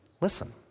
listen